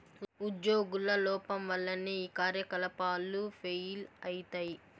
ఉజ్యోగుల లోపం వల్లనే ఈ కార్యకలాపాలు ఫెయిల్ అయితయి